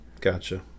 Gotcha